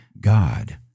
God